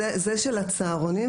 זה של הצהרונים,